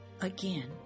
again